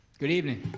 good evening.